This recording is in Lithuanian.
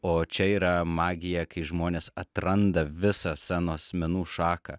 o čia yra magija kai žmonės atranda visą scenos menų šaką